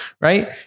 right